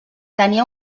tenia